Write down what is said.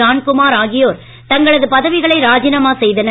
ஜான்குமார் ஆகியோர் தங்களது பதவிகளை ராஜினாமா செய்தனர்